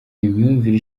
imyumvire